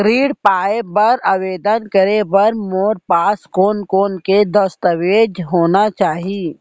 ऋण पाय बर आवेदन करे बर मोर पास कोन कोन से दस्तावेज होना चाही?